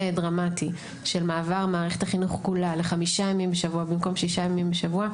דרמטי של מעבר מערכת החינוך כולה לחמישה ימים בשבוע במקום שישה ימים בשבוע.